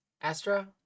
astra